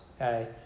okay